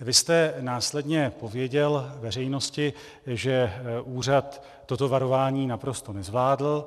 Vy jste následně odpověděl veřejnosti, že úřad toto varování naprosto nezvládl.